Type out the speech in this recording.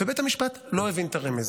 ובית המשפט לא הבין את הרמז,